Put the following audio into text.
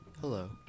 Hello